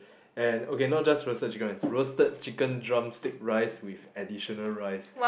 and okay not just roasted chicken rice roasted chicken drumstick rice with additional rice